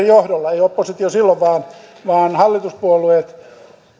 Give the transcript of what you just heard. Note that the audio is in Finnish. johdolla ei oppositio silloin vaan hallituspuolueet